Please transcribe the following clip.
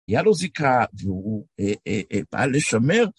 היה לו זיקה והוא בא לשמר.